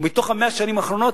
ומתוך 100 השנים האחרונות,